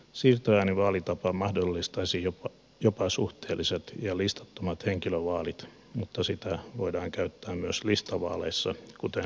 siirtoäänivaalitapa mahdollistaisi jopa suhteelliset ja listattomat henkilövaalit mutta sitä voidaan käyttää myös listavaaleissa kuten eduskuntavaaleissa